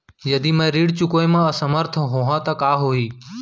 यदि मैं ह ऋण चुकोय म असमर्थ होहा त का होही?